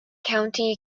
county